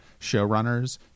showrunners